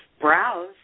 browse